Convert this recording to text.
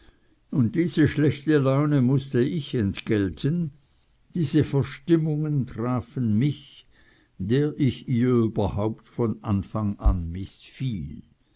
und diese schlechte laune mußt ich entgelten diese verstimmungen trafen mich der ich ihr überhaupt von anfang an